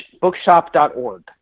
bookshop.org